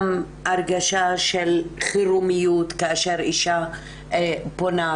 הצורך בהרגשה של חרום כאשר אישה פונה.